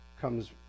comes